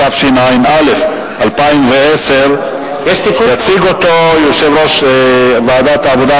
התש"ע 2010. יציג אותו יושב-ראש ועדת העבודה,